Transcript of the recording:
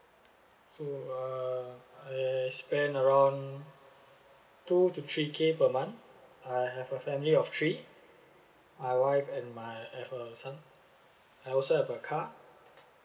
so uh I spent around two to three K per month I have a family of three my wife and my have a son I also have a car